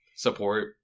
support